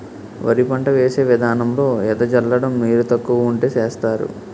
వరి పంట వేసే విదానంలో ఎద జల్లడం నీరు తక్కువ వుంటే సేస్తరు